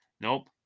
nope